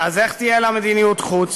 אז איך תהיה לה מדיניות חוץ?